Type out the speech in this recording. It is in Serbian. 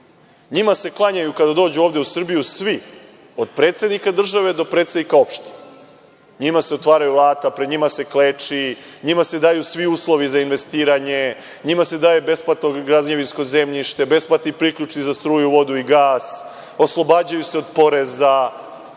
Njima se klanjaju kada dođu ovde u Srbiju svi, od predsednika države do predsednika opština. Njima se otvaraju vrata, pred njima se kleči. Njima se daju svi uslovi za investiranje, njima se daje besplatno građevinsko zemljište, besplatni priključci za struju, vodu i gas, oslobađaju se od poreza,